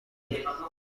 bwe